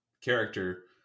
character